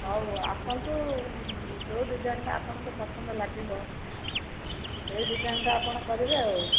ହେଉ ଆସନ୍ତୁ ଯେଉଁ ଡିଜାଇନ୍ ଟା ଆପଣଙ୍କୁ ପସନ୍ଦ ଲାଗିବ ସେଇ ଡିଜାଇନ୍ ଟା ଆପଣ କରିବେ ଆଉ